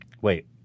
Wait